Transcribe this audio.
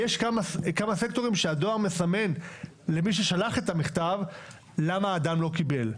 יש כמה סקטורים שהדואר מסמן למי ששלח את המכתב למה האדם לא קיבל.